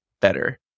better